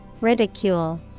Ridicule